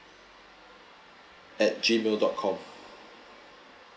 at gmail dot com